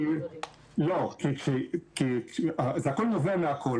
לא, זה הכול נובע מהכול.